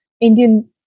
indian